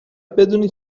بدونی